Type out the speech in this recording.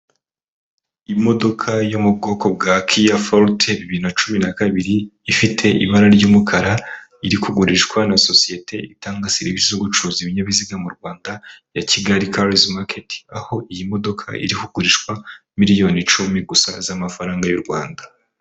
Imodoka yo mu bwoko bwa kiya forute bibiri na kabiri, ifite ibara ry'umukara, iri kugurishwa na sosiyete itanga serivisi zo gucuruza ibinyabiziga mu Rwanda, ya Kigali karizi maketi, aho iyi modoka irikugurishwa miliyoni icumi gusa z'amafaranga y'u Rwanda.